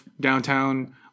downtown